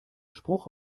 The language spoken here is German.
spruch